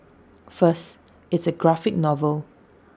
first it's A graphic novel